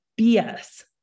BS